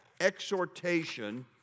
exhortation